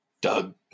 Doug